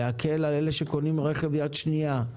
להקל על אלה שקונים רכב יד שנייה,